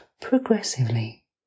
progressively